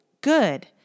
good